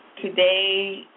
Today